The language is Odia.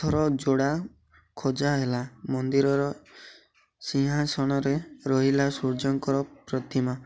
ପଥର ଯୋଡ଼ା ଖୋଜା ହେଲା ମନ୍ଦିରର ସିଂହାସନରେ ରହିଲା ସୂର୍ଯ୍ୟଙ୍କର ପ୍ରତିମା